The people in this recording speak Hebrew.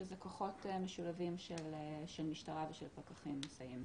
שזה כוחות משולבים של משטרה ושל פקחים מסייעים.